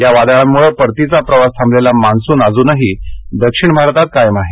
या वादळांमुळे परतीचा प्रवास थांबलेला मान्सून अजूनही दक्षिण भारतात कायम आहे